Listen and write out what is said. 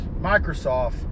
Microsoft